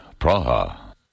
Praha